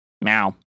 meow